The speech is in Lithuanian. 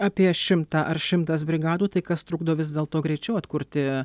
apie šimtą ar šimtas brigadų tai kas trukdo vis dėl to greičiau atkurti